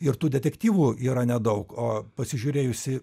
ir tų detektyvų yra nedaug o pasižiūrėjus į